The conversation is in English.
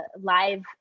live